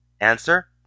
Answer